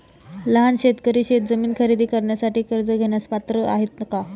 लहान शेतकरी शेतजमीन खरेदी करण्यासाठी कर्ज घेण्यास पात्र आहेत का?